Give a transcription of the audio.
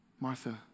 Martha